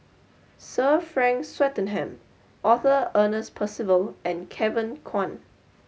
Sir Frank Swettenham Arthur Ernest Percival and Kevin Kwan